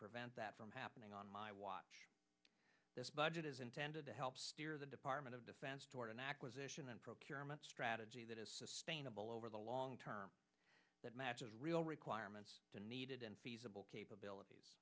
prevent that from happening on my watch this budget is intended to help steer the department of defense toward an acquisition and procurement strategy that is sustainable over the long term that matches real requirements to needed and feasible capabilities